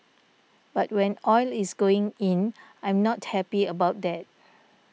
but when oil is going in I'm not happy about that